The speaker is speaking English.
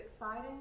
exciting